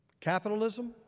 Capitalism